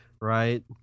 Right